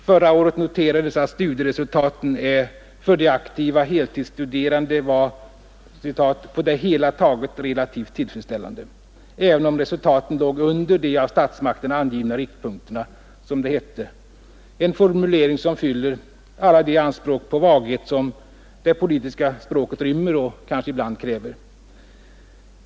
Förra året noterades att studieresultaten för de aktiva heltidsstuderande var ”på det hela taget relativt tillfredsställande”, även om resultaten låg under de av statsmakterna angivna riktpunkterna, som det hette — en formulering som fyller alla de anspråk på vaghet som det politiska språket rymmer och kanske ibland kräver.